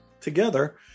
Together